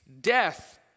death